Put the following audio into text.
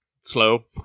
slow